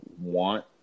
want